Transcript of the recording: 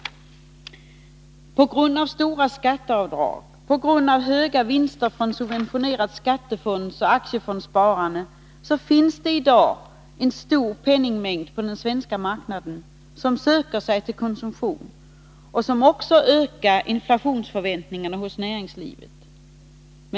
På grund av stora skatteavdrag, på grund av höga vinster från subventionerat skattefondsoch aktiefondssparande finns det i dag en stor penningmängd på den svenska marknaden som söker sig till konsumtion och som också ökar inflationsförväntningarna hos näringslivet.